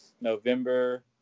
November